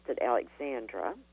Alexandra